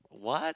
what